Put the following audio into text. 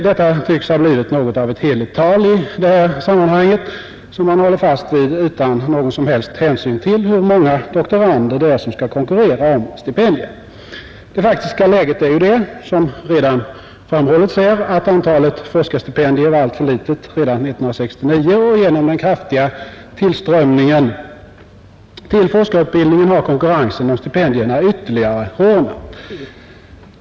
Detta tycks ha blivit något av ett heligt tal i det här sammanhanget, som man håller fast vid utan någon som helst hänsyn till hur många doktorander som skall konkurrera om stipendierna. Det faktiska läget är det, som redan framhållits här, att antalet forskarstipendier var alltför litet redan 1969, och genom den kraftiga tillströmningen till forskarutbildningen har konkurrensen om stipendierna ytterligare hårdnat.